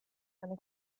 eine